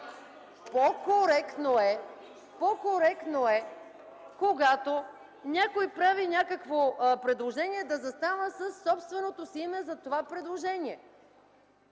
По-коректно е, когато някой прави някакво предложение, да застава със собственото си име, зад това предложение.